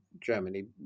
Germany